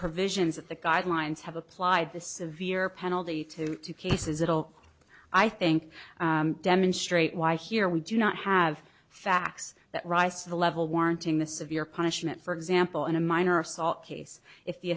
provisions of the guidelines have applied the severe penalty to cases it'll i think demonstrate why here we do not have facts that rise to the level warranting the severe punishment for example in a minor assault case if the